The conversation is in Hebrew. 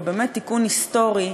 ובאמת תיקון היסטורי,